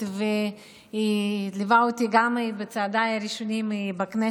וליווה אותי גם בצעדיי הראשונים בכנסת.